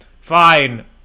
Fine